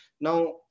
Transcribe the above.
Now